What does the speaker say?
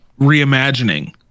reimagining